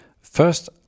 First